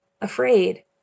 Afraid